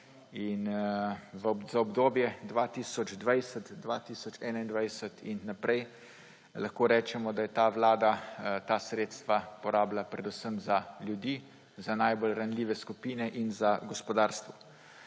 Za obdobje 2020–2021 in naprej lahko rečemo, da je ta vlada ta sredstva porabila predvsem za ljudi, za najbolj ranljive skupine in za gospodarstvo;